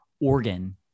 organ